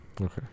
okay